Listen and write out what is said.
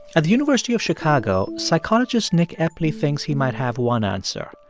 at the university of chicago, psychologist nick epley thinks he might have one answer.